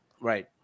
Right